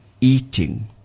eating